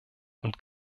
und